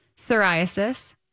psoriasis